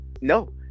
No